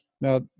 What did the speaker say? Now